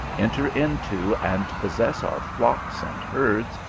enter into and possess our flocks and herds,